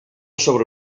sobre